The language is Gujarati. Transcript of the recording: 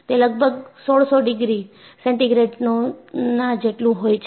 તે લગભગ 1600 ડિગ્રી સેન્ટીગ્રેડનો જેટલું હોય છે